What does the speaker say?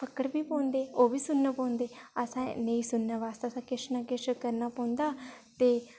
फक्कड़ बी पौन सुनने पौंदे अ'सें नेईं सुनने आस्तै किश ना किश करना पौंदा ते